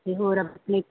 ਅਤੇ ਹੋਰ ਆਪਣੇ